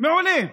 מעולה ממש,